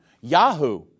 Yahoo